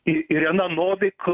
i irena novik